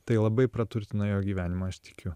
tai labai praturtina jo gyvenimą aš tikiu